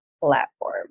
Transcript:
platform